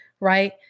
right